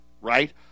right